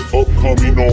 upcoming